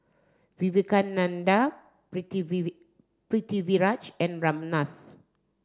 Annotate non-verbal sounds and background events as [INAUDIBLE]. Vivekananda [UNINTELLIGIBLE] Pritiviraj and Ramnath